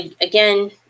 again